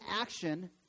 action